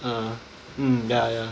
uh mm ya ya